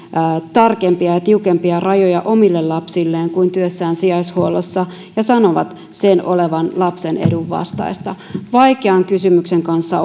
tarkempia ja tiukempia rajoja omille lapsilleen kuin työssään sijaishuollossa ja sanovat sen olevan lapsen edun vastaista vaikean kysymyksen kanssa